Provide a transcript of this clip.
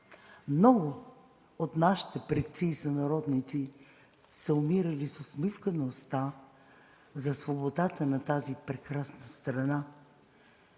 Много от нашите предци и сънародници са умирали с усмивка на уста за свободата на тази прекрасна страна.